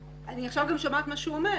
אני עכשיו גם שומעת מה שאילן אומר,